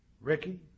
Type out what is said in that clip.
Ricky